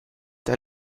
der